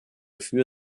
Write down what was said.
für